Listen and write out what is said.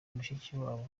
mushikiwabo